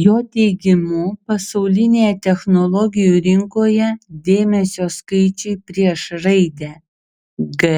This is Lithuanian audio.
jo teigimu pasaulinėje technologijų rinkoje dėmesio skaičiui prieš raidę g